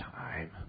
time